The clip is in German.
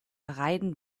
rhein